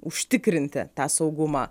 užtikrinti tą saugumą